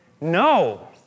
No